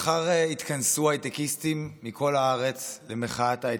מחר יתכנסו הייטקיסטים מכל הארץ למחאת ההייטקיסטים,